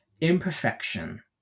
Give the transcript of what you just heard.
imperfection